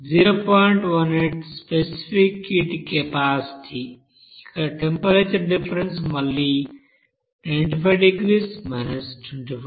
18 specific heat capacity ఇక్కడ temperature difference మళ్ళీ 950 250